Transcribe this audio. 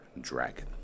Dragon